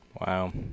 Wow